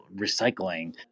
recycling